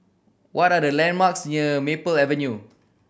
what are the landmarks near Maple Avenue